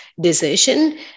decision